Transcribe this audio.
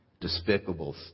despicable